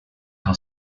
how